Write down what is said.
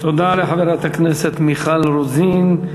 תודה לחברת הכנסת מיכל רוזין.